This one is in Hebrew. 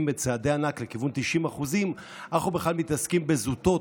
בצעדי ענק לכיוון 90% אנחנו בכלל מתעסקים בזוטות,